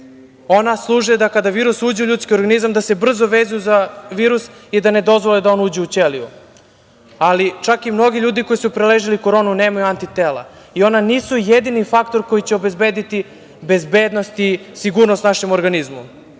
ona služe da kada virus uđe u ljudski organizam da se brzo vezuje za virus i da ne dozvole da on uđe u ćeliju, ali čak i mnogi ljudi koji su preležali koronu nemaju antitela i ona nisu jedini faktor koji će obezbediti, bezbednosti, sigurnost našem organizmu.